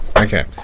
Okay